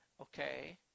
Okay